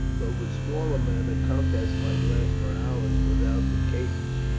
but with smaller men a contest might last for hours without the caestus,